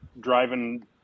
driving